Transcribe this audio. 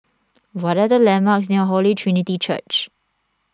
what are the landmarks near Holy Trinity Church